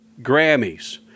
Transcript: Grammys